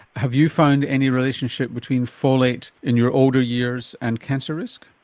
have you found any relationship between folate in your older years and cancer risk?